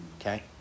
okay